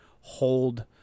hold